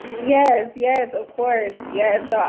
yes, yes, of course. yes. ah